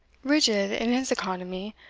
rigid in his economy,